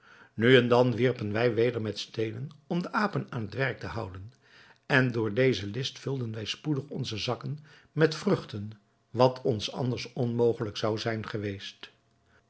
nu en dan wierpen wij weder met steenen om de apen aan het werk te houden en door deze list vulden wij spoedig onze zakken met vruchten wat ons anders onmogelijk zou zijn geweest